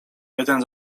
jeden